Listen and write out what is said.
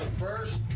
first,